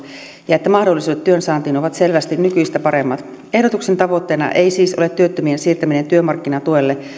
ja että mahdollisuudet työnsaantiin ovat selvästi nykyistä paremmat ehdotuksen tavoitteena ei siis ole työttömien siirtäminen työmarkkinatuelle